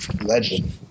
Legend